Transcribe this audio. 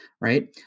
right